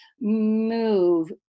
move